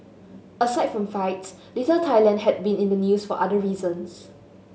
aside from fights Little Thailand had been in the news for other reasons